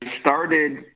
started